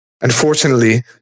unfortunately